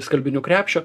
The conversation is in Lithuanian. skalbinių krepšio